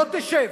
לא תשב.